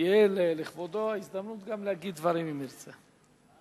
תהיה לכבודו ההזדמנות גם להגיד דברים, אם ירצה.